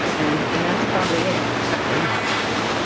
and and that's probably it are you happy today?